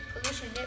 Pollution